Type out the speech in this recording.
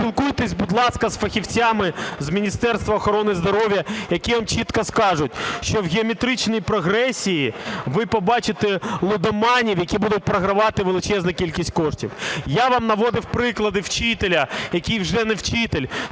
поспілкуйтеся, будь ласка, з фахівцями з Міністерства охорони здоров'я, які вам чітко скажуть, що в геометричній прогресії ви побачите лудоманів, які будуть програвати величезну кількість коштів. Я вам наводив приклади вчителя, який вже не вчитель,